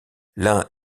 l’un